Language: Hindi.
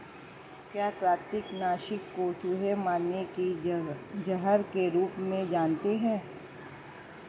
क्या कृतंक नाशक को चूहे मारने के जहर के रूप में जानते हैं?